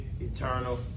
eternal